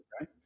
right